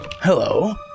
Hello